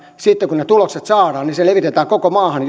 sitten kun ne tulokset saadaan se levitetään koko maahan